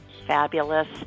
fabulous